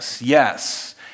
Yes